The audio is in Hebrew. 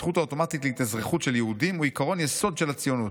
הזכות האוטומטית להתאזרחות של יהודים היא עקרון יסוד של הציונות,